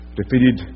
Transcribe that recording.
defeated